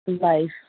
life